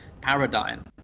paradigm